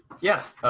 yes,